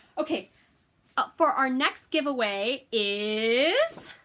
okay for our next giveaway is,